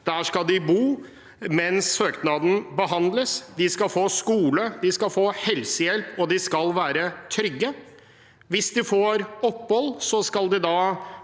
Der skal de bo mens søknaden behandles. De skal få skole, de skal få helsehjelp, og de skal være trygge. Hvis de får opphold, får de